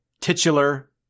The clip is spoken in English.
titular